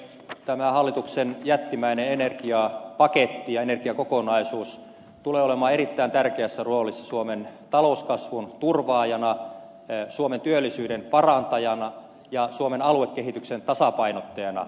tämä hallituksen jättimäinen energiapaketti ja energiakokonaisuus tulee olemaan erittäin tärkeässä roolissa suomen talouskasvun turvaajana suomen työllisyyden parantajana ja suomen aluekehityksen tasapainottajana